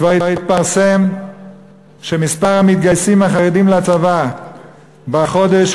כבר התפרסם שמספר המתגייסים החרדים לצבא בחודש,